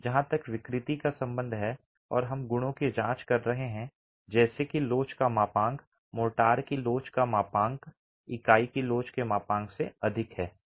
जहां तक विकृति का संबंध है और हम गुणों की जांच कर रहे हैं जैसे कि लोच का मापांक मोर्टार की लोच का मापांक इकाई की लोच के मापांक से अधिक है